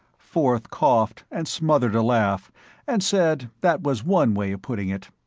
forth coughed and smothered a laugh and said that was one way of putting it.